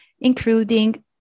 including